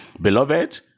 Beloved